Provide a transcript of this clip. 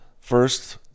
First